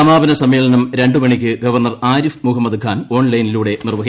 സമാപന സമ്മേളനം രണ്ടുമണിക്ക് ഗവർണർ ആരിഫ് മുഹമ്മദ് ഖാൻ ഓൺലൈനിലൂടെ നിർവഹിക്കും